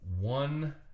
one